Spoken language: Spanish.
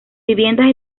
viviendas